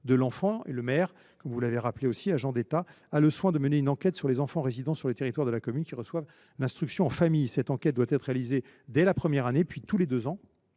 de l’enfant. Le maire, agent de l’État, a le soin de mener une enquête visant les enfants résidant sur les territoires de la commune qui reçoivent l’instruction en famille. Cette enquête doit être réalisée dès la première année, puis tous les deux ans.